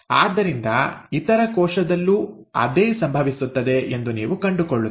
ಆದ್ದರಿಂದ ಇತರ ಕೋಶದಲ್ಲೂ ಅದೇ ಸಂಭವಿಸುತ್ತದೆ ಎಂದು ನೀವು ಕಂಡುಕೊಳ್ಳುತ್ತೀರಿ